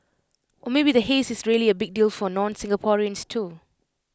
or maybe the haze is really A big deal for nonSingaporeans too